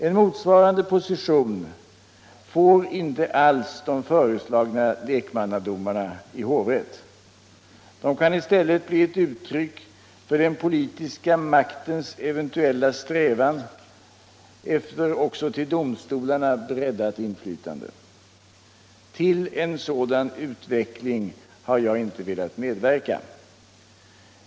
En motsvarande position får inte alls de föreslagna lekmannadomarna i hovrätt. De kan i stället bli ett uttryck för den politiska maktens eventuella strävan efter också till domstolarna breddat inflytande. Till en sådan utveckling har jag inte velat medverka.